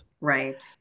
Right